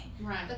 right